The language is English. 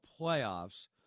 playoffs